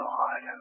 God